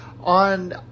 on